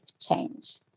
change